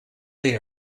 they